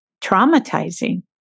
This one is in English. traumatizing